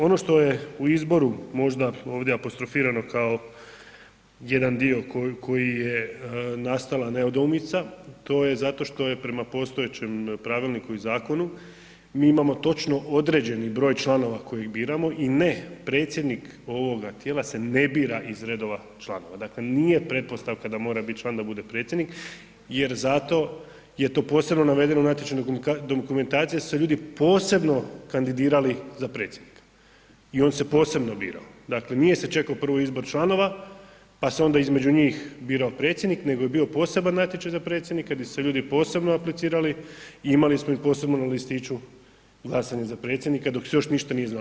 Ono što je u izboru možda ovdje apostrofirano kao jedan dio koji je nastala nedoumica, to je zato što je prema postojećem pravilniku i zakonu, mi imamo točno određeni broj članova koji biramo i ne predsjednik ovoga tijela se ne bira iz redova članova, dakle nije pretpostavka da mora bit član da bude predsjednik jer za to je to posebno navedeno u natječaju dokumentacije da su se ljudi posebno kandidirali za predsjednika i on se posebno birao, dakle nije se čekao prvo izbor članova, pa se onda između njih birao predsjednik nego je bio poseban natječaj za predsjednika di su se ljudi posebno aplicirali i imali smo i posebno na listiću glasanje za predsjednika dok se još ništa nije znalo.